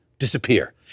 disappear